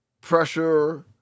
pressure